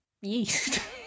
yeast